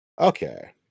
Okay